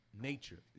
nature